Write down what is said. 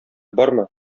бармы